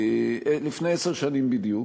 לפני עשר שנים בדיוק,